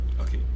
Okay